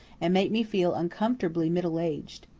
and make me feel uncomfortably middle-aged.